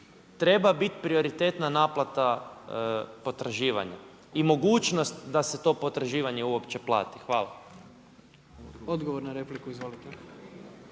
Treba biti prioritetna naplata potraživanja i mogućnost da se to potraživanje uopće plati. Hvala. **Jandroković,